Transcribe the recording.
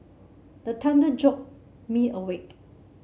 the thunder jolt me awake